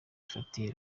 ifatiye